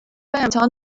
امتحان